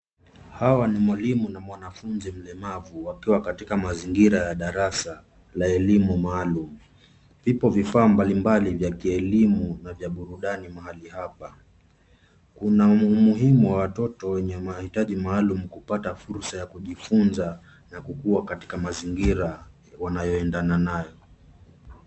Hawa ni mwalimu na mwanafunzi mlemavu wakiwa katika mazingira ya darasa la elimu maalum. Ipo vifaa mbalimbali vya kielimu na vya burudani mahali hapa. Kuna umuhimu wa watoto wenye mahitaji maalum kupata fursa ya kujifunza na kukua katika mazingira wanayoendana nayo.